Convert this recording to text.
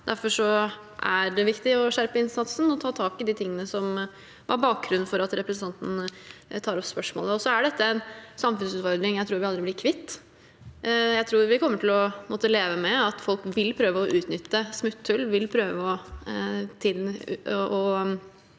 Derfor er det viktig å skjerpe innsatsen og ta tak i det som er bakgrunnen for at representanten tar opp spørsmålet. Dette er en samfunnsutfordring jeg tror vi aldri blir kvitt. Jeg tror vi kommer til å måtte leve med at folk vil prøve å utnytte smutthull og tjene